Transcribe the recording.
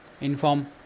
inform